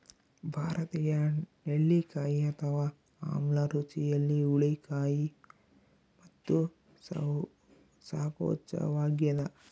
ಭಾರತೀಯ ನೆಲ್ಲಿಕಾಯಿ ಅಥವಾ ಆಮ್ಲ ರುಚಿಯಲ್ಲಿ ಹುಳಿ ಕಹಿ ಮತ್ತು ಸಂಕೋಚವಾಗ್ಯದ